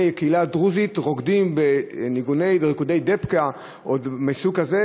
הקהילה הדרוזית רוקדים בניגונים וריקודי דבקה או מסוג כזה,